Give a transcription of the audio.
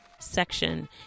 section